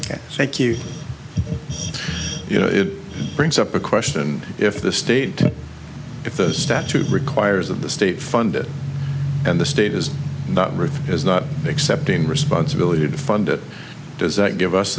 africa thank you you know it brings up a question if the state if the statute requires of the state funded and the state is not written is not accepting responsibility to fund it does that give us